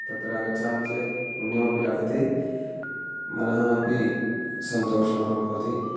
तत्र गच्छामि चेत् पुण्योपि लभते मनः अपि सन्तोषम् अनुभवति